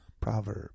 proverb